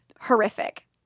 horrific